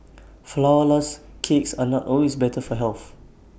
Flourless Cakes are not always better for health